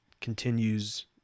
continues